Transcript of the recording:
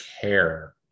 care